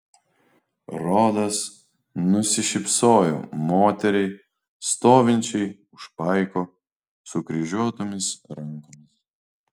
rodas nusišypsojo moteriai stovinčiai už paiko sukryžiuotomis rankomis